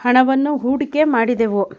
ಹಣವನ್ನು ಹೂಡಿಕೆ ಮಾಡಿದೆವು